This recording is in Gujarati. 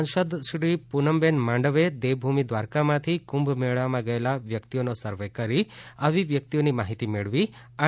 સાંસદશ્રી પુનમબેન માડમે દેવભુમિ દ્વારકામાંથી કુંભ મેળામાં ગયેલા વ્યક્તિઓનો સર્વે કરી આવી વ્યક્તિઓની માહિતી મેળવી આર